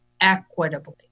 equitably